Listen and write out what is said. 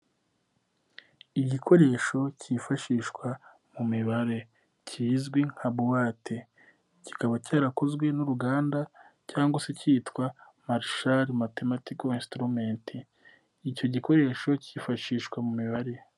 Igikoresho cyifashishwa mu mibare kizwi nka buwate kikaba cyarakozwe n'uruganda cyangwa se kitwa marishari matematiko insiturumenti icyo gikoresho cyifashishwa mu mibare.